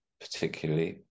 particularly